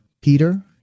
Peter